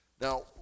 Now